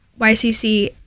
YCC